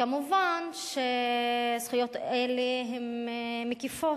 כמובן שהזכויות האלה הן מקיפות.